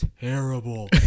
terrible